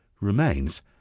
remains